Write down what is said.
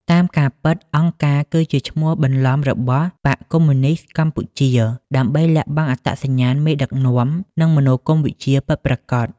តាមការពិត អង្គការគឺជាឈ្មោះបន្លំរបស់ «បក្សកុម្មុយនីស្តកម្ពុជា» ដើម្បីលាក់បាំងអត្តសញ្ញាណមេដឹកនាំ និងមនោគមវិជ្ជាពិតប្រាកដ។